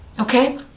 Okay